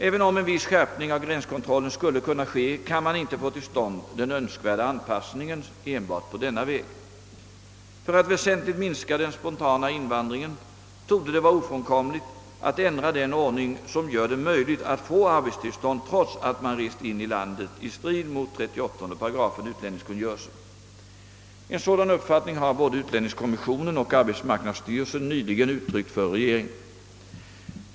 Även om en viss skärpning av gränskontrollen skulle kunna ske kan man inte få till stånd den önskvärda anpassningen enbart på denna väg. För att väsentligt minska den spontana invandringen torde det vara ofrånkomligt att ändra den ordning som gör det möjligt att få arbetstillstånd trots att man rest in i landet i strid mot 38 § utlänningskungörelsen. En sådan uppfattning har både utlänningskommissionen och arbetsmarknadsstyrelsen nyligen uttryckt för regeringen.